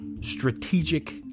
strategic